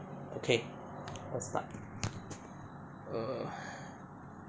okay let's start err